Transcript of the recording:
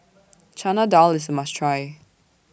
Chana Dal IS A must Try